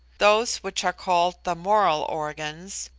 those which are called the moral organs,